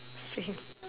same